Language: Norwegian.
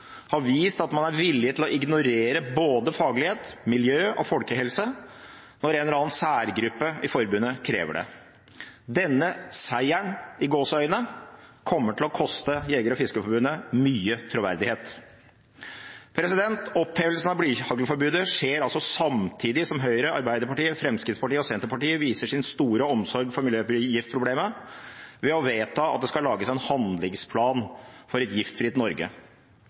har vist at man er villig til å ignorere både faglighet, miljø og folkehelse når en eller annen særgruppe i forbundet krever det. Denne «seieren» kommer til å koste Norges Jeger- og Fiskerforbund mye troverdighet. Opphevelsen av blyhaglforbudet skjer altså samtidig som Høyre, Arbeiderpartiet, Fremskrittspartiet og Senterpartiet viser sin store omsorg for miljøgiftproblemene ved å vedta at det skal lages en handlingsplan for et giftfritt Norge.